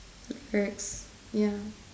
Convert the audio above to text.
okay ya